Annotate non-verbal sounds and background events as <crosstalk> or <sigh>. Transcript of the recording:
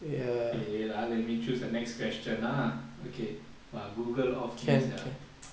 wait ah let me choose the next question ah okay !wah! google off me sia <noise>